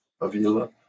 Avila